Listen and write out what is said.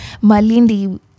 Malindi